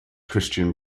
christian